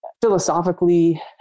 Philosophically